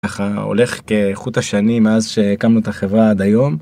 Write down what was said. הולך כחוט השנים מאז שהקמנו את החברה עד היום.